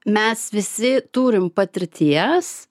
mes visi turim patirties